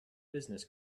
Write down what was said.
business